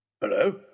Hello